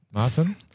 Martin